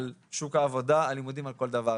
על שוק העבודה, הלימודים וכל דבר.